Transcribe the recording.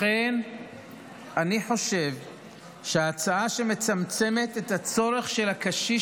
לכן אני חושב שהצעה שמצמצמת את הצורך של הקשיש